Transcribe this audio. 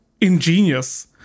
ingenious